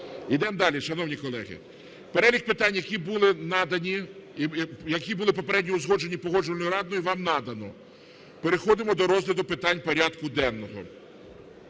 Йдемо далі, шановні колеги. Перелік питань, який був наданий… який був попередньо узгоджений Погоджувальною радою, вам надано. Переходимо до розгляду питань порядку денного.